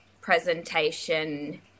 presentation